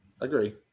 agree